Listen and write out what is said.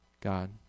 God